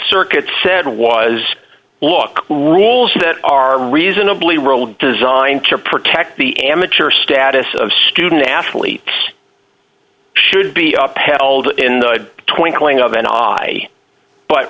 circuit said was look rules that are reasonably role designed to protect the amateur status of student athletes should be paddled in the twinkling of an audi but